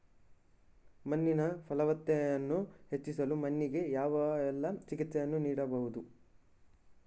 ಮಣ್ಣಿನ ಫಲವತ್ತತೆಯನ್ನು ಹೆಚ್ಚಿಸಲು ಮಣ್ಣಿಗೆ ಯಾವೆಲ್ಲಾ ಚಿಕಿತ್ಸೆಗಳನ್ನು ನೀಡಬಹುದು?